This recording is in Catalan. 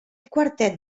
quartet